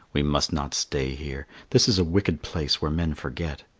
we must not stay here. this is a wicked place where men forget.